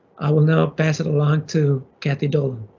i will now pass it along to kathy dolan.